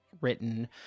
written